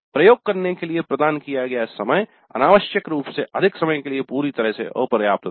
प्रयोग करने के लिए प्रदान किया गया समय अनावश्यक रूप से अधिक समय के लिए पूरी तरह से अपर्याप्त था